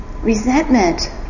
resentment